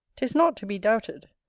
tis not to be doubted,